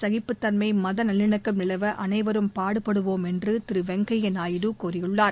சகிப்புத்தன்மை மத நல்லிணக்கம் நிலவ அனைவரும் பாடுபடுவோம் என்று திரு வெங்கய்ய நாயுடு கூறியுள்ளார்